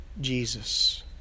Jesus